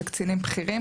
זה קצינים בכירים.